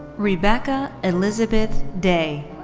rebekah elizabeth day.